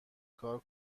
کار